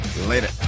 later